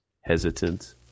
hesitant